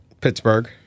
Pittsburgh